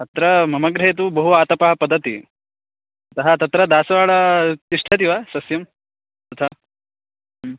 अत्र मम गृहे तु बहु आतपः पतति अतः तत्र दासवालं तिष्ठति वा सस्यं तथा ह्म्